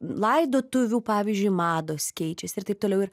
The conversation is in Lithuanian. laidotuvių pavyzdžiui mados keičiasi ir taip toliau ir